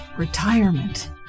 retirement